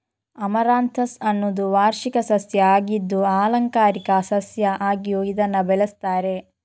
amaranthus ಅನ್ನುದು ವಾರ್ಷಿಕ ಸಸ್ಯ ಆಗಿದ್ದು ಆಲಂಕಾರಿಕ ಸಸ್ಯ ಆಗಿಯೂ ಇದನ್ನ ಬೆಳೆಸ್ತಾರೆ